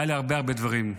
מעל להרבה הרבה דברים.